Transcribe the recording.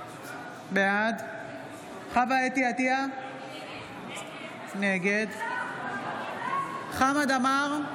בעד חוה אתי עטייה, נגד חמד עמאר,